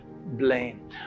blame